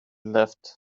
left